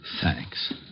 thanks